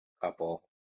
couple